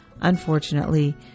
Unfortunately